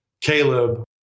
Caleb